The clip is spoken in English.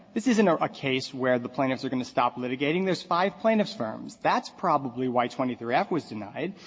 this isn't a a case where the plaintiffs are going to stop litigating. there's five plaintiffs' firms, that's probably why twenty three f was denied,